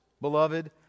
beloved